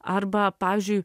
arba pavyzdžiui